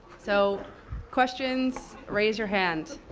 so questions? raise your hand.